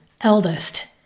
eldest